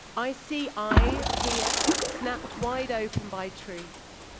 i see eyes here snapped wide open by truth.